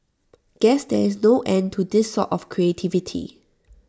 guess there is no end to this sort of creativity